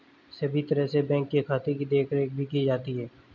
सभी तरह से बैंक के खाते की देखरेख भी की जाती है